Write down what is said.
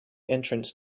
entrance